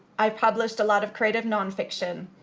i've published a lot of creative non-fiction,